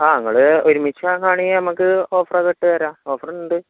ആ നിങ്ങൾ ഒരുമിച്ച് വാങ്ങുകയാണെങ്കിൽ നമുക്ക് ഓഫർ അത് ഇട്ട് തരാം ഓഫർ ഉണ്ട്